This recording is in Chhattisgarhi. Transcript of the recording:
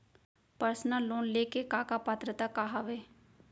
पर्सनल लोन ले के का का पात्रता का हवय?